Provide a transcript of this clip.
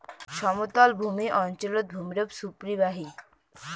সমতলভূমি অঞ্চলত ভূমিরূপ সুপরিবাহী